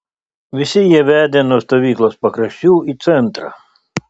visi jie vedė nuo stovyklos pakraščių į centrą